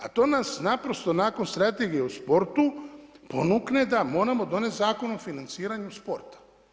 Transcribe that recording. A to nas naprosto nakon strategije u sportu ponukne da moramo donijeti Zakon o financiranju sporta.